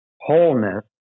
wholeness